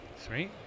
Sweet